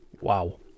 Wow